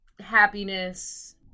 Happiness